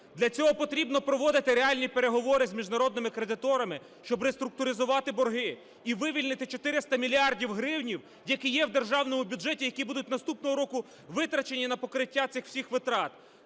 для цього потрібно проводити реальні переговори з міжнародними кредиторами, щоб реструктуризувати борги і вивільнити 400 мільярдів гривень, які є в державному бюджеті, які будуть наступного року витрачені на покриття цих всіх витрат.